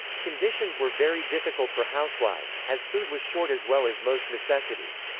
conditions were very difficult for housewives, as food was short as well as most necessities.